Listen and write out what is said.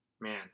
Man